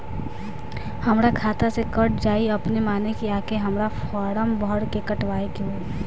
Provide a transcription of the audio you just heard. हमरा खाता से कट जायी अपने माने की आके हमरा फारम भर के कटवाए के होई?